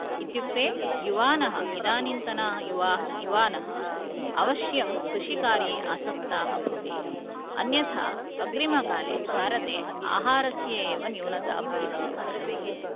इत्युक्ते युवानः इदानींतनाः युवा युवानः अवश्यं कृषिकार्ये आसक्ताः भवेयुः अन्यथा अग्रीमकाले भारते आहारस्य एव न्यूनता एव भवितुम् अर्हति